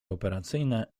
operacyjne